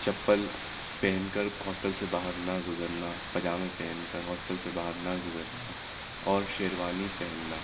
چپل پہن کر ہاسٹل سے باہر نہ گزرنا پائجامے پہن کر ہاسٹل سے باہر نہ گزرنا اور شیروانی پہننا